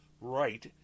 right